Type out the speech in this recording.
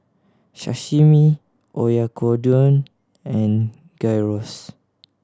Sashimi Oyakodon and Gyros